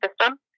system